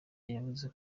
yavuze